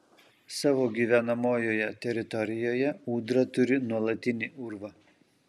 savo gyvenamojoje teritorijoje ūdra turi nuolatinį urvą